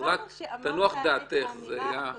מאחר שאמרת את האמירה הקודמת,